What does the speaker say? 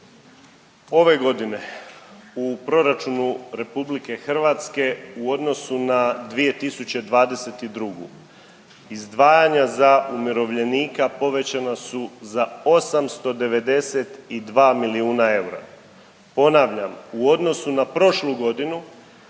Ove godine u proračunu RH u odnosu na 2022. izdvajanja za umirovljenika povećana su za 892 milijuna eura, ponavljam u odnosu na prošlu godinu